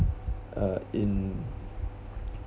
uh in